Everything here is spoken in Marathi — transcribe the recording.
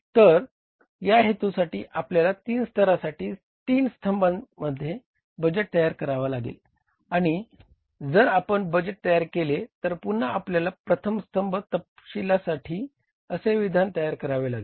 तर या हेतूसाठी आपल्याला तीन स्तरासाठी तीन स्तंभामध्ये बजेट तयार करावे लागेल आणि जर आपण बजेट तयार केले तर पुन्हा आपल्याला प्रथम स्तंभ तपशीलासाठी असे विधान तयार करावे लागेल